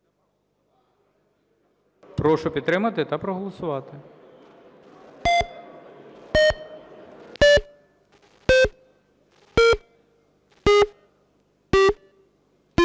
Прошу підтримати та проголосувати.